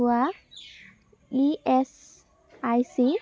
হোৱা ই S I C